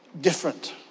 different